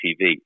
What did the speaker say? TV